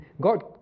God